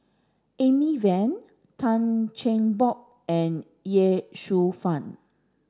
Amy Van Tan Cheng Bock and Ye Shufang